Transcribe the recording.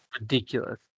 ridiculous